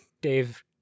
Dave